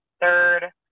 third